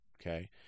Okay